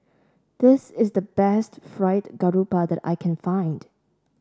this is the best Fried Garoupa that I can find